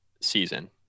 season